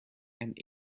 and